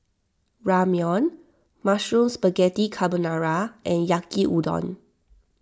Ramyeon Mushroom Spaghetti Carbonara and Yaki Udon